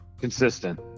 consistent